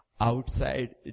outside